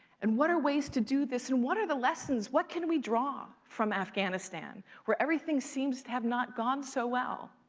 and what are ways to do this? and what are the lessons? what can we draw from afghanistan where everything seems to have not gone so well?